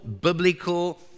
biblical